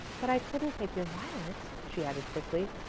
but i couldn't take your violets, she added quickly.